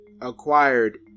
acquired